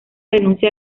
renuncia